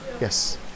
Yes